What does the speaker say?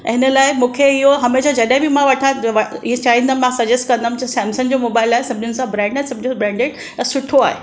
ऐं हिन लाइ मूंखे इहो हमेशह जॾे बि मां वठा इहो चाहींदमि मां सज़ेस कंदमि त सॅमसंग जो मोबाइल आहे सभनिनि सा ब्राइडनेस सभनिनि खां ब्रॅडेड ऐं सुठो आहे